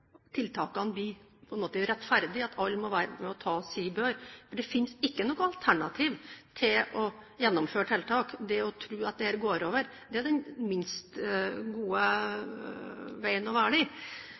tiltakene blir rettferdige, at alle må være med på å ta sin bør. Det finnes ikke noe alternativ til å gjennomføre tiltak. Det å tro at dette går over, er den minst gode